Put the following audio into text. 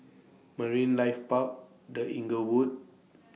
Marine Life Park The Inglewood